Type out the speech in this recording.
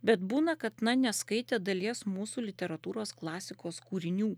bet būna kad na neskaitė dalies mūsų literatūros klasikos kūrinių